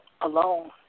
alone